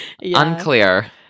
unclear